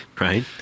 right